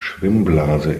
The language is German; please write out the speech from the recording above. schwimmblase